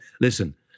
Listen